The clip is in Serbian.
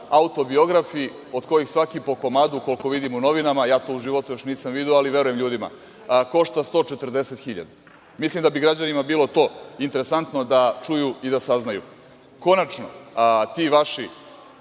Autobiografi od kojih svaki po komadu, koliko vidim u novinama, ja to u životu još nisam video, ali verujem ljudima, košta 140 hiljada. Mislim da bi građanima to bilo interesantno da čuju i da saznaju. Konačno, ti vaši,